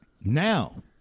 Now